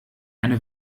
eine